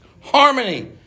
harmony